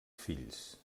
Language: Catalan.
fills